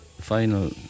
final